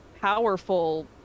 powerful